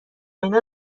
اینها